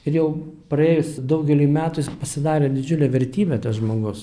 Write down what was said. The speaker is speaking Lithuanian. ir jau praėjus daugeliui metų jis pasidarė didžiulė vertybė tas žmogus